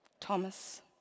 Thomas